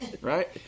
Right